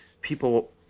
people